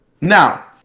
Now